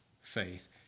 faith